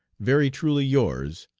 very truly yours.